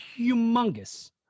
humongous